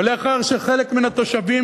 ולאחר שחלק מן התושבים,